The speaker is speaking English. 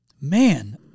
man